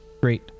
Great